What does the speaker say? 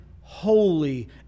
holy